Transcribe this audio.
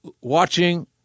watching